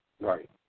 Right